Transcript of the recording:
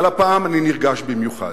אבל הפעם אני נרגש במיוחד.